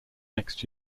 next